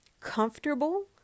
comfortable